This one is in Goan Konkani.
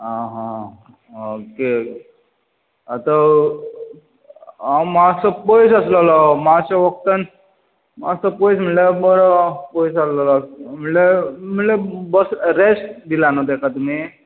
आं हां ओके आतां हांव मातसो पयस आसलेलो मातश्या वकतान मातसो पयस म्हणल्यार बरो पयस आसलेलो म्हणल्यार म्हणल्यार मातसो रेस्ट दिलां न्हय ताका तुमी